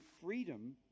freedom